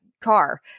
car